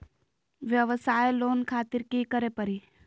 वयवसाय लोन खातिर की करे परी?